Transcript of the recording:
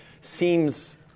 seems